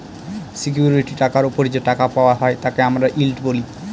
security টাকার ওপর যে টাকা পাওয়া হয় তাকে আমরা ইল্ড বলি